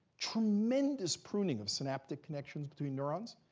tremendous pruning of synaptic connections between neurons,